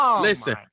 Listen